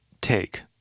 take